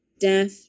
Deaf